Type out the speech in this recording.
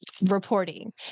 reporting